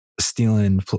stealing